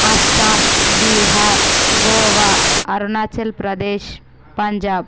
Assam Bihar Goa Arunachal Pradesh Punjab